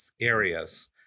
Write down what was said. areas